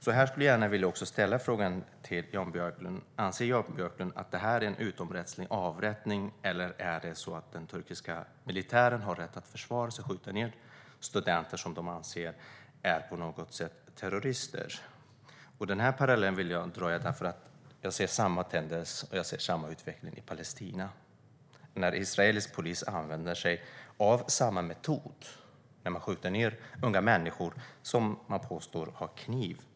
Jag vill gärna ställa en fråga till Jan Björklund. Anser Jan Björklund att det är en utomrättslig avrättning, eller har den turkiska militären rätt att försvara sig och skjuta ned studenter som de anser vara terrorister på något sätt? Jag drar den parallellen eftersom jag ser samma tendens, samma utveckling i Palestina. Israelisk polis använder sig av samma metod. De skjuter ned unga människor som påstås ha kniv.